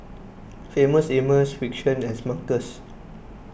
Famous Amos Frixion and Smuckers